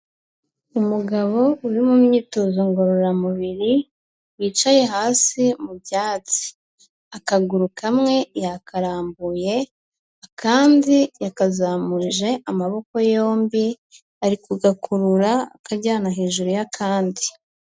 Umugabo uri mu myitozo ngororamubiri wicaye hasi mu byatsi, akaguru kamwe yakarambuye akandi yakazamurije amaboko yombi ari kugakurura akajyana hejuru y'akandi.